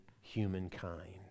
humankind